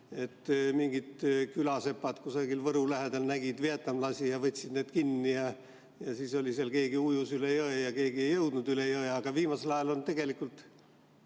et mingid külasepad kusagil Võru lähedal nägid vietnamlasi ja võtsid nad kinni. Ja siis keegi ujus üle jõe ja keegi ei jõudnud üle jõe. Aga viimasel ajal ma tegelikult